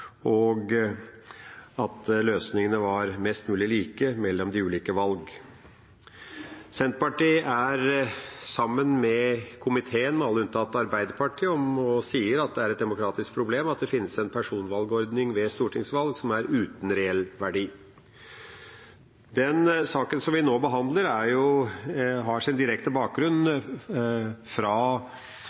og at løsningene var mest mulig like mellom de ulike valg. Senterpartiet står sammen med komiteen, alle unntatt Arbeiderpartiet, om å si at det er et demokratisk problem at det finnes en personvalgordning ved stortingsvalg som er uten reell verdi. Den saken som vi nå behandler, har sin direkte bakgrunn